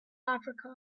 africa